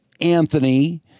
Anthony